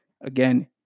again